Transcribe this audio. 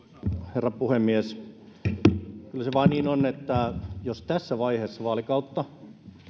herra puhemies kyllä se vain niin on että jos tässä vaiheessa vaalikautta